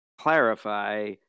clarify